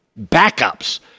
backups